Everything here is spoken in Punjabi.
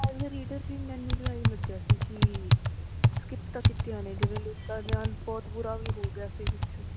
ਐਜ਼ ਆ ਰੀਡਰ ਜੀ ਮੈਨੂੰ ਵੀ ਆਹੀ ਲੱਗਿਆ ਸੀ ਕਿ ਸਕਿਪ ਤਾਂ ਕੀਤੀਆਂ ਨੇ ਜਿਵੇਂ ਲੋਕਾਂ ਦੇ ਨਾਲ ਬਹੁਤ ਬੁਰਾ ਵੀ ਹੋ ਗਿਆ ਸੀ ਵਿੱਚੋਂ